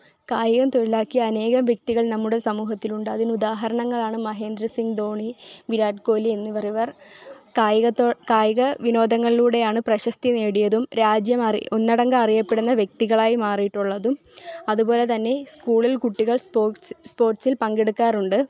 കായികം തൊഴിലാക്കി അനേകം വ്യക്തികൾ നമ്മുടെ സമൂഹത്തിലുണ്ട് അതിനുദാഹരണങ്ങളാണ് മഹേന്ദ്ര സിങ് ധോണി വിരാഡ് കോഹ്ലി എന്നിവർ ഇവർ കായികത്തോ കായിക വിനോദങ്ങളിലൂടെയാണ് പ്രശസ്തി നേടിയതും രാജ്യം അറി ഒന്നടങ്കം അറിയപ്പെടുന്ന വ്യക്തികളായി മാറിയിട്ടുള്ളതും അതുപോലെ തന്നെ സ്കൂളിൽ കുട്ടികൾ സ്പോർട്സ് സ്പോർട്സിൽ പങ്കെടുക്കാറുണ്ട്